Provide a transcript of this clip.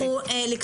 אנחנו מבינים.